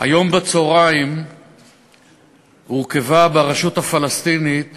נכבדה, היום בצהריים הורכבה ברשות הפלסטינית